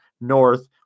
north